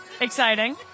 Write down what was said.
Exciting